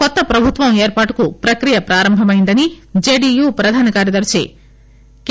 కొత్త ప్రభుత్వం ఏర్పాటుకు ప్రక్రియ ప్రారంభమైందని జేడీయూ ప్రధాన కార్యదర్శి కె